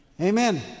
amen